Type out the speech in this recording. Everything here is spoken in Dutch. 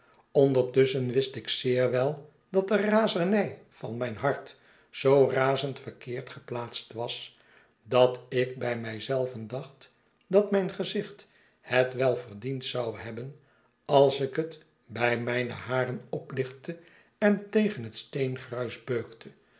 ondertusschen wist ik zeer wel dat de razernij van mijn hart zoo razend veikeerd gepiaatst was dat ik bij mij zeiven dacht dat mijn gezicht het wel verdiend zou hebben als ik het bij mijne haren oplichtte en tegen het